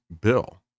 bill